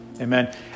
Amen